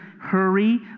hurry